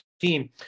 team